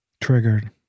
Triggered